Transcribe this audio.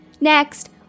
Next